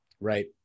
Right